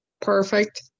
perfect